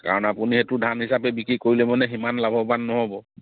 কাৰণ আপুনি সেইটো ধান হিচাপে বিক্ৰী কৰিলে মানে সিমান লাভৱান নহ'ব